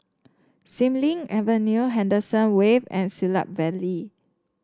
Xilin Avenue Henderson Wave and Siglap Valley